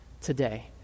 today